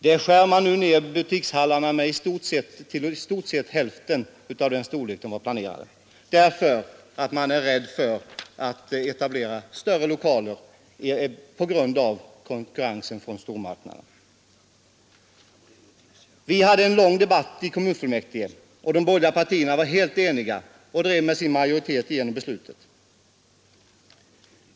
Där skär man nu ner storleken på butikshallarna till i stort sett hälften av den planerade därför att man är rädd för att bygga större lokaler på grund av konkurrensen från stormarknaderna. Vi hade en lång debatt i kommunfullmäktige. De borgerliga partierna var helt eniga och drev med sin majoritet igenom beslutet.